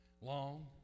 Long